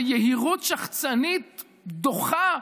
באיזו יהירות שחצנית דוחה,